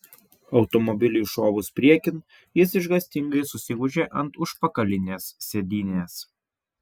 automobiliui šovus priekin jis išgąstingai susigūžė ant užpakalinės sėdynės